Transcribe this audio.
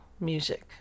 music